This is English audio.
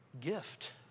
gift